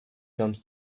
comes